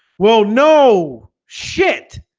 well, no shit